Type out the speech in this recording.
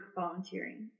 volunteering